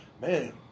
Man